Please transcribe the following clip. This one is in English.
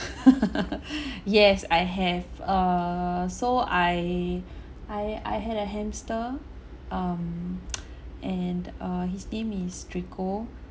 yes I have err so I I I had a hamster um and uh his name is draco